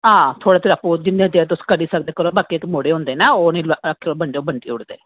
ते आं जिन्ना तुस करी सकदे करो बाकी जेह्के मुढ़े होंदे ना ओह् अपने हत्थें बंडी ओड़दे